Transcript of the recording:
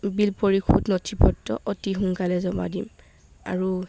বিল পৰিশোধ নথি পত্ৰ অতি সোনকালে জমা দিম আৰু